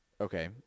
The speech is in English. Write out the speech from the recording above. Okay